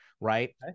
right